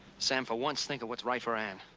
sam, for once, think of what's right for ann.